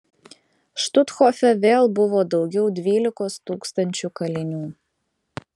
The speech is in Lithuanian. štuthofe vėl buvo daugiau dvylikos tūkstančių kalinių